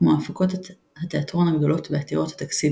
כמו ההפקות התיאטרון הגדולות ועתירות התקציב